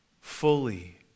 fully